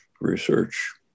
research